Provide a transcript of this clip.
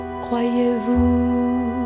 Croyez-vous